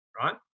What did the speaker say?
right